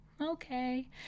okay